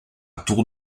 tour